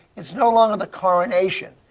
it's no longer the coronation.